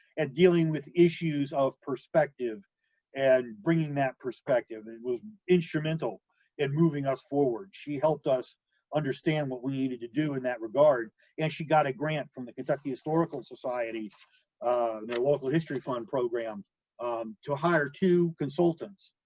and dealing with issues of perspective and bringing that perspective, it was instrumental in moving us forward. she helped us understand what we needed to do in that regard and she got a grant from the kentucky historical society, ah, in their local history fund program um to hire two consultants.